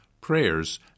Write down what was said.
prayers